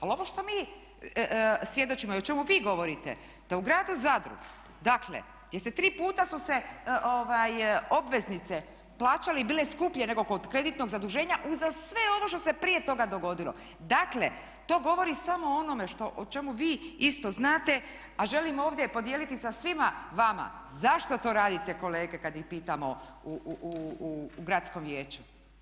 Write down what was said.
Ali ovo što mi svjedočimo i o čemu vi govorite da u gradu Zadru, dakle gdje se tri puta su se obveznice plaćale i bile skuplje nego kod kreditnog zaduženja, uza sve ovo što se prije toga dogodilo, dakle to govori samo o onome o čemu vi isto znate, a želim ovdje podijeliti sa svima vama zašto to radite kolege kad ih pitamo u Gradskom vijeću.